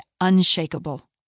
unshakable